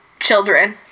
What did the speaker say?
children